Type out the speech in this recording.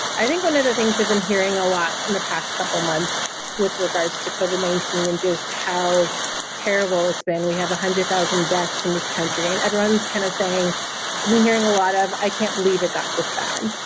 i think one of the things i've been hearing a lot in the past couple months with regards to covid nineteen and just how terrible it's been, we have a hundred thousand deaths in this country, and everyone's kind of saying i've been hearing a lot of i can't believe it got this bad.